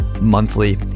monthly